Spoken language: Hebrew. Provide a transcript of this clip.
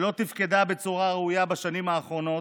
שלא תפקדה בצורה ראויה בשנים האחרונות,